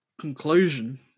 conclusion